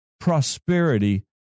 prosperity